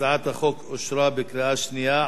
הצעת החוק אושרה בקריאה שנייה.